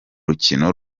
rukino